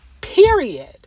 period